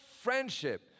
friendship